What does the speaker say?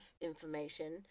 information